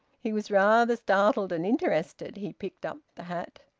he was rather startled, and interested. he picked up the hat.